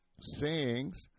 sayings